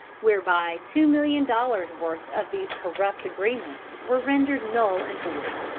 whereby two million dollars' worth of these corrupt agreements were rendered null and void.